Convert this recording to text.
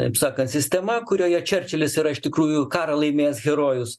taip sakant sistema kurioje čerčilis yra iš tikrųjų karą laimėjęs herojus